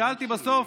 שאלתי: בסוף,